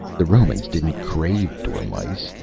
the romans didn't crave dormice,